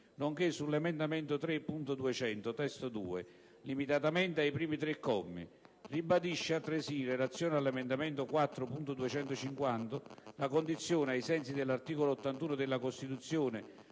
nonché sull'emendamento 3.200 (testo 2), limitatamente ai primi tre commi. Ribadisce altresì, in relazione all'emendamento 4.250, la condizione, ai sensi dell'articolo 81 della Costituzione,